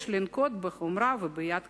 יש לפעול בחומרה וביד קשה.